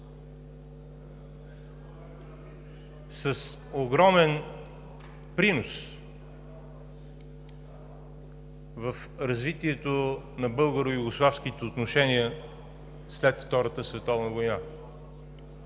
с огромен принос в развитието на българо-югославските отношения след Втората световна война.